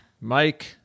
Mike